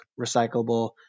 recyclable